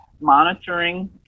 monitoring